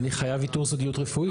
אני חייב ויתור סודיות רפואית.